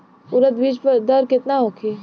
उरद बीज दर केतना होखे?